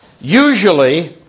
usually